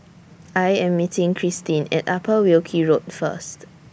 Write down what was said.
I Am meeting Cristin At Upper Wilkie Road First